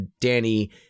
Danny